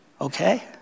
Okay